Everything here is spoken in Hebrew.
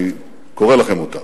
אני קורא לכם אותה: